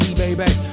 baby